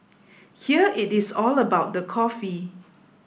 here it is all about the coffee